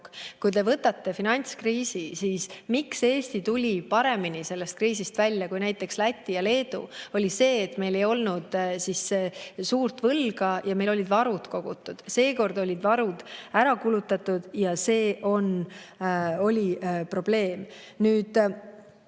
Kui te võtate finantskriisi, siis miks Eesti tuli paremini sellest kriisist välja kui näiteks Läti ja Leedu? [Põhjus] oli see, et meil ei olnud suurt võlga ja meil olid varud kogutud. Seekord olid varud ära kulutatud ja see oli probleem. Nüüd,